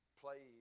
play